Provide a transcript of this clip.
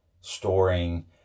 storing